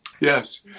Yes